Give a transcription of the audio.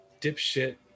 dipshit